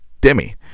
Demi